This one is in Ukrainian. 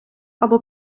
аби